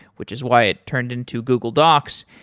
which is why it turned into google docs.